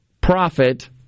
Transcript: profit